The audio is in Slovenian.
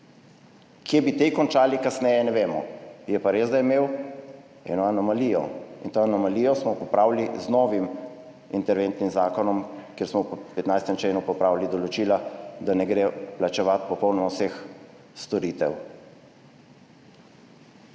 Kje bi te končali kasneje, ne vemo. Je pa res, da je imel eno anomalijo in to anomalijo smo popravili z novim interventnim zakonom, kjer smo po 15. členu popravili določila, da ne gre plačevati popolnoma vseh storitev.